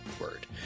Word